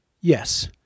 Yes